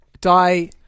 Die